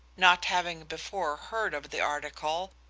not having before heard of the article,